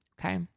Okay